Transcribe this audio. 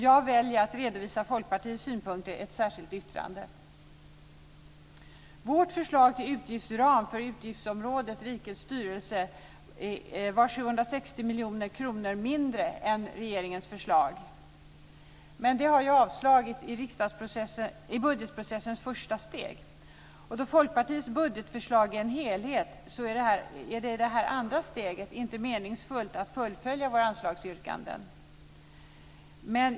Jag väljer att redovisa Folkpartiets synpunkter i ett särskilt yttrande. Vårt förslag till utgiftsram för utgiftsområdet Rikets styrelse var 760 miljoner kronor mindre än regeringens förslag. Men det har ju avstyrkts i budgetprocessens första steg. Då Folkpartiets budgetförslag är en helhet är det inte meningsfullt att fullfölja våra anslagsyrkanden i detta andra steg.